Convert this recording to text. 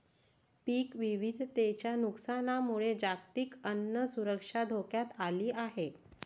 पीक विविधतेच्या नुकसानामुळे जागतिक अन्न सुरक्षा धोक्यात आली आहे